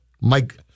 Mike